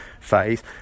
phase